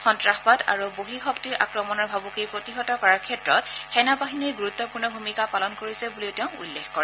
সন্নাসবাদ আৰু বহিঃশক্তিৰ আক্ৰমণৰ ভাবুকি প্ৰতিহত কৰাৰ ক্ষেত্ৰত সেনা বাহিনীয়ে গুৰুত্বপূৰ্ণ ভূমিকা পালন কৰিছে বুলি তেওঁ উল্লেখ কৰে